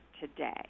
today